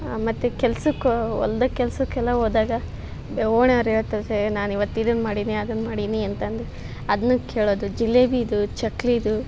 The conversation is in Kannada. ಹಾ ಮತ್ತು ಕೆಲ್ಸಕ್ಕೆ ಒ ಹೋಲ್ದಾಗ ಕೆಲಸಕ್ಕೆಲ್ಲ ಹೋದಾಗ ಎ ಓನಾರ್ ಹೇಳ್ತ ಹೆ ನಾನು ಇವತ್ತು ಇದನ್ನ ಮಾಡೀನಿ ಅದನ್ನು ಮಾಡೀನಿ ಅಂತಂದು ಅದ್ನ ಕೇಳೋದು ಜಿಲೇಬಿದು ಚಕ್ಲಿದು